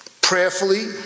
Prayerfully